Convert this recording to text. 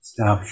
Stop